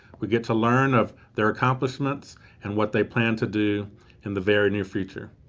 we get to learn of their accomplishments and what they plan to do in the very near future.